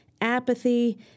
apathy